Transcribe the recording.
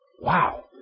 Wow